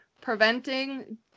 preventing